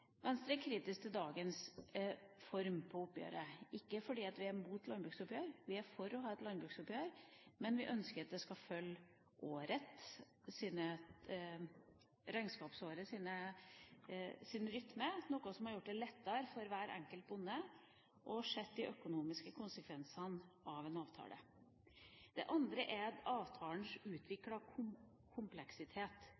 Venstre er kritisk til dagens form på oppgjøret, ikke fordi vi er imot landbruksoppgjør. Vi er for å ha et landbruksoppgjør, men vi ønsker at det skal følge regnskapsårets rytme, noe som hadde gjort det lettere for hver enkelt bonde å se de økonomiske konsekvensene av en avtale. Det andre er avtalens utviklede kompleksitet. Jeg tror, helt ærlig, at